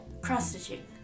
Cross-stitching